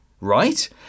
right